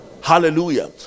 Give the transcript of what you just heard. hallelujah